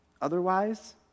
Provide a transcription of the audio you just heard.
Otherwise